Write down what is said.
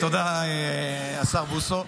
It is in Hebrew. תודה, השר בוסו.